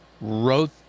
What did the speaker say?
wrote